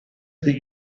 that